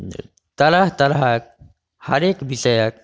तरह तरहके हरेक विषयके